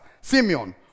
Simeon